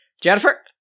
Jennifer